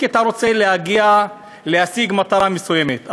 כי אתה רוצה להשיג מטרה מסוימת.